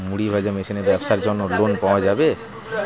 মুড়ি ভাজা মেশিনের ব্যাবসার জন্য লোন পাওয়া যাবে?